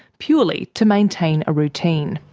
purely to maintain a routine.